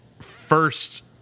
first